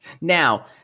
Now